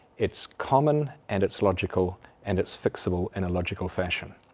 it's common and it's logical and it's fixable in a logical fashion.